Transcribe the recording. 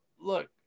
look